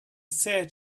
said